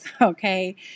okay